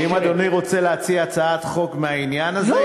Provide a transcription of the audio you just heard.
אם אדוני רוצה להציע הצעת חוק בעניין הזה,